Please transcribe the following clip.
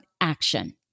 action